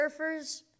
Surfers